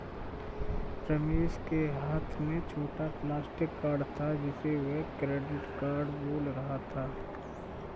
रमेश के हाथ में छोटा प्लास्टिक कार्ड था जिसे वह क्रेडिट कार्ड बोल रहा था